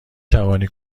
توانی